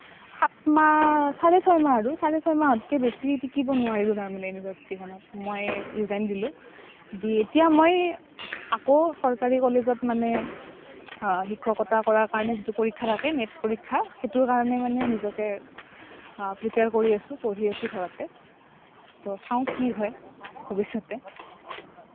সাত মাহ চাৰে ছয় মাহ আৰু চাৰে ছয়মাহতকৈ বেছি টিকিব নোৱাৰিলোঁ তাৰমানে ইউনিভাৰ্চিটিখনত মই ৰিজাইন দিলোঁ দি এতিয়া মই আকৌ চৰকাৰী কলেজত মানে শিক্ষকতা কৰাৰ কাৰণে যিটো পৰীক্ষা থাকে নেট পৰীক্ষা সেইটোৰ কাৰণে মানে নিজকে প্ৰিপেয়াৰ কৰি আছোঁ নিজকে পঢ়ি আছোঁ ঘৰতে তো চাওঁ কি হয় ভৱিষ্যতে